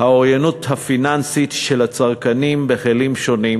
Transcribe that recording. האוריינות הפיננסית של הצרכנים בכלים שונים.